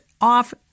off